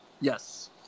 Yes